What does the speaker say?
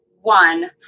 one